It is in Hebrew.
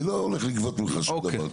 אני לא הולך לגבות ממך שום דבר,